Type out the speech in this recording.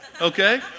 Okay